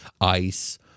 ice